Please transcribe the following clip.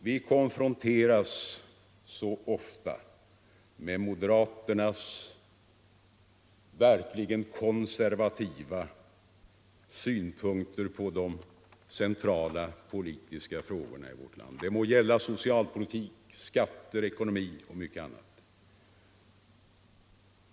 Vi konfronteras så ofta med moderaternas verkligt konservativa synpunkter på de centrala politiska frågorna i vårt land, det må gälla socialpolitik, skatter, ekonomi och mycket annat.